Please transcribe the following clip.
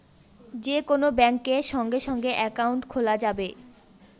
যে কোন ব্যাঙ্কে সঙ্গে সঙ্গে একাউন্ট খোলা যাবে